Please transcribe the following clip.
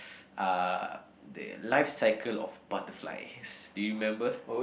uh the life cycle of butterflies do you remember